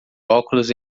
óculos